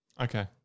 Okay